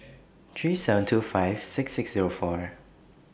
three seven two five six six Zero four